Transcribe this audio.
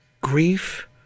grief